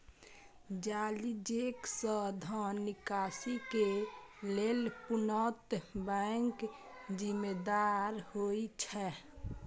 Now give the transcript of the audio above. जाली चेक सं धन निकासी के लेल पूर्णतः बैंक जिम्मेदार होइ छै